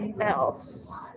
else